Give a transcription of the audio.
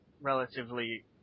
relatively